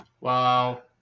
Wow